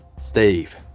Steve